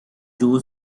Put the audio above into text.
joe